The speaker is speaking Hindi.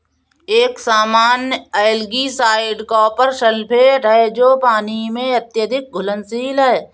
एक सामान्य एल्गीसाइड कॉपर सल्फेट है जो पानी में अत्यधिक घुलनशील है